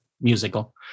musical